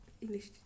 English